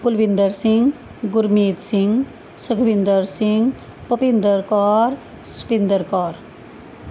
Kulwinder Singh Gurmeet Singh Sukhwinder Singh Bhupinder Kaur Supinder Kaur